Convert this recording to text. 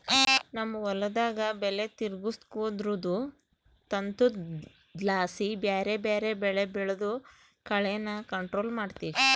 ನಮ್ ಹೊಲುದಾಗ ಬೆಲೆ ತಿರುಗ್ಸೋದ್ರುದು ತಂತ್ರುದ್ಲಾಸಿ ಬ್ಯಾರೆ ಬ್ಯಾರೆ ಬೆಳೆ ಬೆಳ್ದು ಕಳೇನ ಕಂಟ್ರೋಲ್ ಮಾಡ್ತಿವಿ